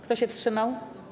Kto się wstrzymał?